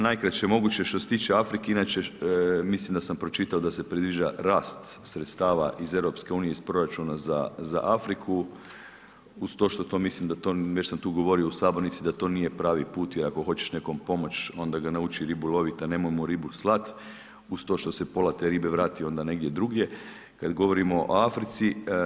Najkraće moguće, što se tiče Afrike inače mislim da sam pročitao da se predviđa rast sredstava iz EU iz proračuna za Afriku, uz to što to mislim da to već sam tu govorio u sabornici da to nije pravi put jer ako hoćeš nekom pomoć onda ga naučiti ribu lovit, a nemoj mu ribu slati uz to što se pola te ribe vrati onda negdje drugdje kada govorimo o Africi.